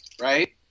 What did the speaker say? right